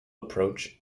approach